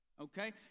okay